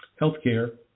healthcare